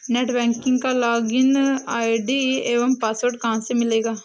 Net banking का login ID एवं password कहाँ से मिलेगा?